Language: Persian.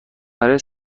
برای